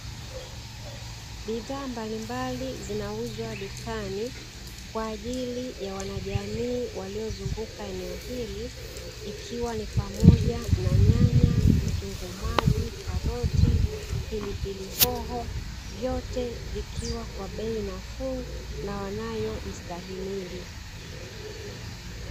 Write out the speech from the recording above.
Bidhaa mbalimbali zinauzwa dukani, kwa ajili ya wanajamii waliozunguka eneo hili, ikiwa ni pamoja na nyanya, vitunguu maji, karoti, pilipili hoho, vyote vikiwa kwa bei nafuu na wanayoistahimili.